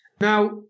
Now